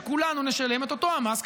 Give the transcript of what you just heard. שכולנו נשלם את אותו המס.